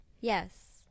Yes